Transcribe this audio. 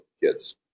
kids